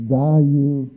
value